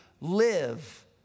live